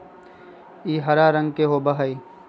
ई हरा रंग के होबा हई